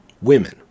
women